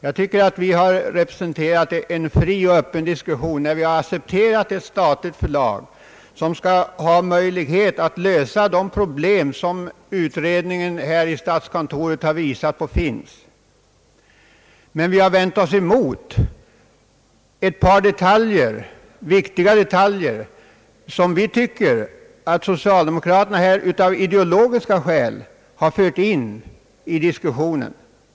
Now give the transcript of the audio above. Jag tycker att vi har representerat en fri och öppen diskussion när vi accepterat ett statligt förlag, vilket skall ha möjlighet att lösa det problem som finns enligt vad utredningen i statskontoret har visat. Men vi har vänt oss emot ett par viktiga detaljer, som vi tycker att socialdemokraterna, troligen av ideologiska skäl, har fört in i diskussionen.